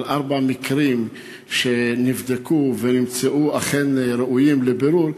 על ארבעה מקרים שנבדקו ונמצאו אכן ראויים לבירור,